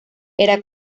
era